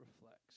reflects